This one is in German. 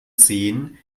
sehen